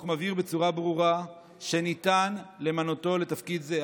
החוק מבהיר בצורה ברורה שניתן למנותו לתפקיד זה".